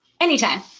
Anytime